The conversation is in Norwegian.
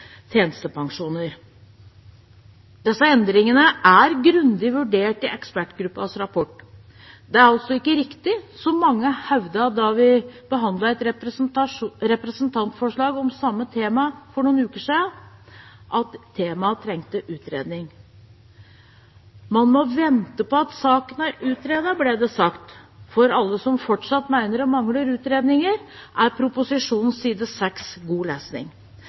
tjenestepensjoner. Disse endringene er grundig vurdert i ekspertgruppas rapport. Det er altså ikke riktig, som mange hevdet da vi behandlet et representantforslag om samme tema for noen uker siden, at temaet trengte utredning. Man må vente til saken er utredet, ble det sagt – for alle som fortsatt mener det mangler utredninger, er side 6 i proposisjonen god lesning.